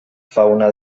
fauna